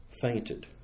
fainted